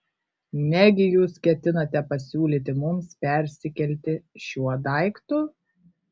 negi jūs ketinate pasiūlyti mums persikelti šiuo daiktu